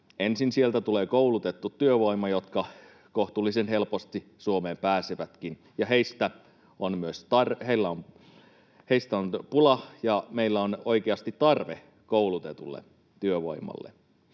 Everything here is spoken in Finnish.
Ensin sieltä tulee koulutettu työvoima, joka kohtuullisen helposti Suomeen pääseekin. Heistä on pula, ja meillä on oikeasti tarve koulutetulle työvoimalle.